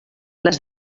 les